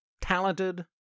talented